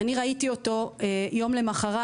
ואני ראיתי אותו יום למחרת,